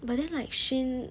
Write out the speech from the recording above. but then like shein